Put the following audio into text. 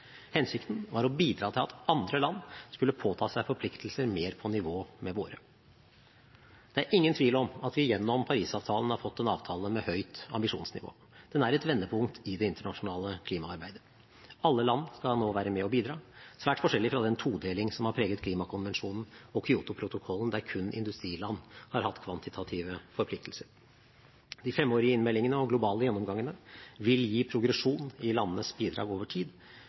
Hensikten var å bidra til at andre land skulle påta seg forpliktelser mer på nivå med våre. Det er ingen tvil om at vi gjennom Paris-avtalen har fått en avtale med høyt ambisjonsnivå. Den er et vendepunkt i det internasjonale klimaarbeidet. Alle land skal nå være med å bidra, svært forskjellig fra den todeling som har preget klimakonvensjonen og Kyotoprotokollen, der kun industriland har hatt kvantitative forpliktelser. De femårige innmeldingene og globale gjennomgangene vil gi progresjon i landenes bidrag over tid